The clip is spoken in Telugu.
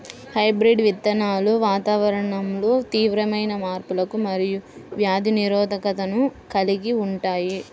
హైబ్రిడ్ విత్తనాలు వాతావరణంలో తీవ్రమైన మార్పులకు మరియు వ్యాధి నిరోధకతను కలిగి ఉంటాయి